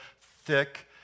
thick